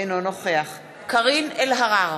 אינו נוכח קארין אלהרר,